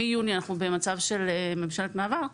מיוני אנחנו במצב של ממשלת מעבר.